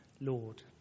Lord